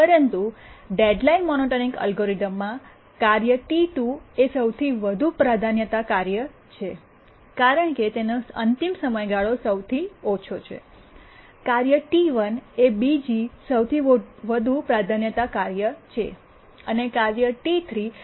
પરંતુ deadline monotonic એલ્ગોરિધમમાં કાર્યમાં T2 ટી૨ એ સૌથી વધુ પ્રાધાન્યતા કાર્ય છે કારણ કે તેનો અંતિમ સમયગાળો સૌથી ઓછો છે કાર્ય T1 ટી૧ એ બીજી સૌથી વધુ પ્રાધાન્યતા કાર્ય છે અને કાર્ય T3 ટી૩ એ સૌથી ઓછી અગ્રતા છે